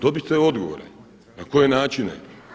Dobite odgovore na koje načine.